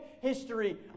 history